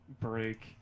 break